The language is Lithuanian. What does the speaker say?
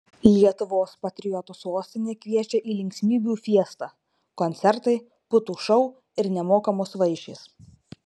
lietuvos patriotų sostinė kviečia į linksmybių fiestą koncertai putų šou ir nemokamos vaišės